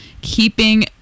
keeping